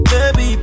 Baby